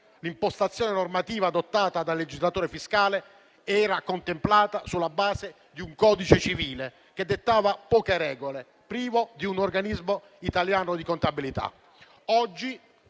l'impostazione normativa adottata dal legislatore fiscale era contemplata sulla base di un codice civile che dettava poche regole, privo di un organismo italiano di contabilità.